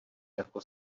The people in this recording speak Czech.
jako